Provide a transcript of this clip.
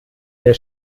der